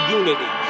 unity